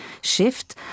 shift